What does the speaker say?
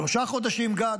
שלושה חודשים גג,